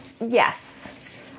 Yes